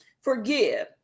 forgive